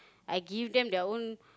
I give them their own